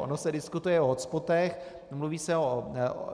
Ono se diskutuje o hotspotech, mluví se o